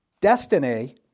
Destiny